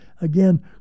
again